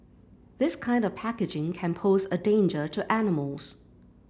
this kind of packaging can pose a danger to animals